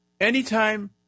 Anytime